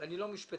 ואני לא משפטן.